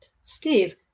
Steve